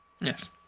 yes